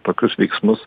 tokius veiksmus